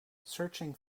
searching